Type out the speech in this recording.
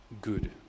good